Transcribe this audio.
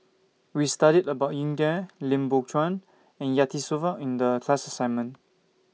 I'm thinking of visiting Sweden Can YOU Go with Me